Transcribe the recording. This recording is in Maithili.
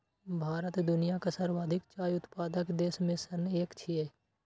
भारत दुनियाक सर्वाधिक चाय उत्पादक देश मे सं एक छियै